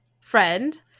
friend